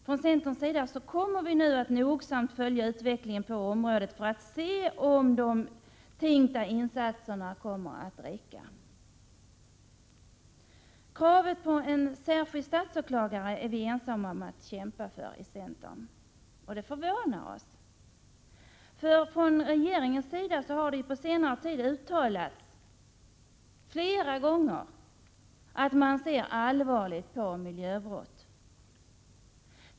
Från centerns sida kommer vi nu att noga följa utvecklingen på området för att se om de tilltänkta insatserna räcker. Kravet på en särskild statsåklagare för miljömål är vi i centern ensamma om att kämpa för. Det förvånar oss, för från regeringens sida har det ju på senare tid flera gånger uttalats att man ser allvarligt på miljöbrott.